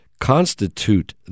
constitute